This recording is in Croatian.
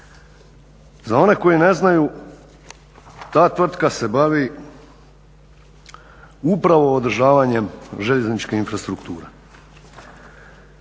Za one koji ne znaju, ta tvrtka se bavi upravo održavanjem željezničkih infrastruktura.